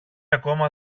ακόμα